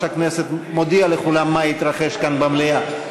הכנסת מודיע לכולם מה התרחש כאן במליאה?